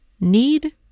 Need